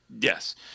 Yes